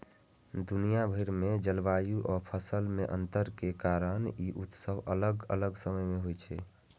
दुनिया भरि मे जलवायु आ फसल मे अंतर के कारण ई उत्सव अलग अलग समय मे होइ छै